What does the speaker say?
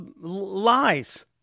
lies